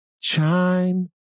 chime